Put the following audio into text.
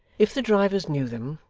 if the drivers knew them,